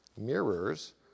Mirrors